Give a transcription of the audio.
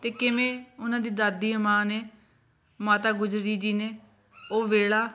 ਅਤੇ ਕਿਵੇਂ ਉਹਨਾਂ ਦੀ ਦਾਦੀ ਮਾਂ ਨੇ ਮਾਤਾ ਗੁਜਰੀ ਜੀ ਨੇ ਉਹ ਵੇਲਾ